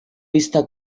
vista